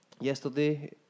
yesterday